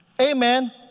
amen